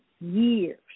years